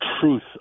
truth